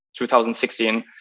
2016